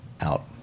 Out